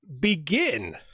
begin